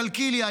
קלקיליה,